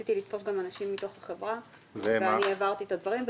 ניסיתי לתפוס גם אנשים מתוך החברה והעברתי את הדברים,